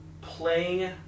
playing